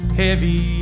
heavy